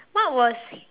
what was